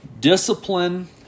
discipline